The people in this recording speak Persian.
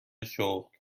شغل